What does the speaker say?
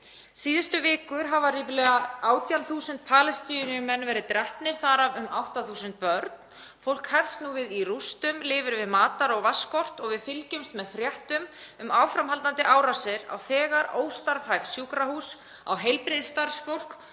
Síðustu vikur hafa ríflega 18.000 Palestínumenn verið drepnir, þar af um 8.000 börn. Fólk hefst nú við í rústum, lifir við matar- og vatnsskort og við fylgjumst með fréttum um áframhaldandi árásir á þegar óstarfhæf sjúkrahús, á heilbrigðisstarfsfólk,